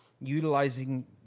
utilizing